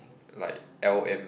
like L_M~